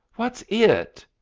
what's it?